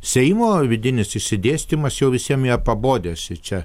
seimo vidinis išsidėstymas jau visiem yra pabodęs ir čia